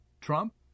Trump